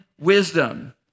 wisdom